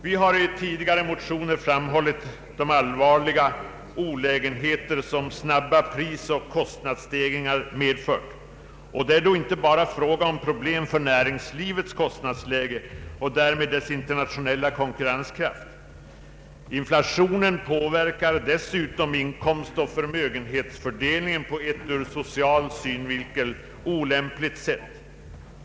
Vi har framhållit de allvarliga olägenheter som snabba prisoch kostnadsstegringar medför. Det är inte bara fråga om näringslivets kostnadsläge och därmed dess internationella konkurrenskraft. Inflationen påverkar dessutom inkomstoch förmögenhetsfördelningen på ett ur social synvinkel olämpligt sätt.